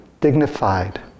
dignified